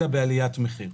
אלא בעליית מחיר.